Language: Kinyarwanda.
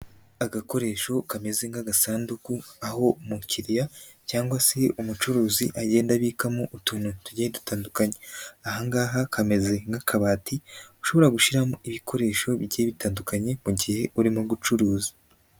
Agakoresho kameze nk'agasanduku, aho umukiriya cyangwa se umucuruzi agenda abikamo utuntu tugiye dutandukanye. Aha ngaha kameze nk'akabati, ushobora gushyiramo ibikoresho bigiye bitandukanye mu gihe urimo gucuruza.